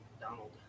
Donald